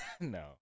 No